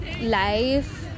life